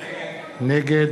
נגד